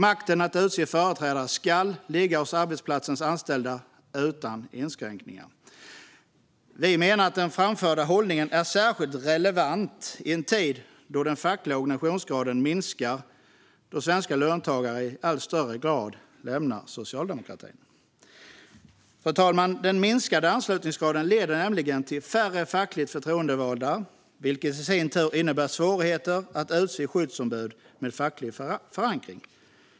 Makten att utse företrädare ska ligga hos arbetsplatsens anställda, utan inskränkningar. Vi menar att den framförda hållningen är särskilt relevant i en tid då den fackliga organisationsgraden minskar då svenska löntagare i allt högre grad lämnar socialdemokratin. Fru talman! Den minskade anslutningsgraden leder nämligen till färre fackligt förtroendevalda, vilket i sin tur innebär svårigheter att utse skyddsombud med facklig förankring.